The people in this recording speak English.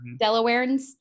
Delawareans